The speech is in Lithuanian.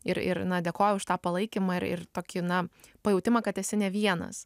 ir ir na dėkoja už tą palaikymą ir tokį na pajautimą kad esi ne vienas